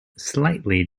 slightly